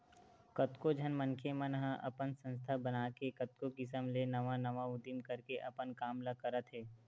कतको झन मनखे मन ह अपन संस्था बनाके कतको किसम ले नवा नवा उदीम करके अपन काम ल करत हे